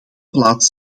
plaats